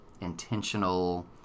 intentional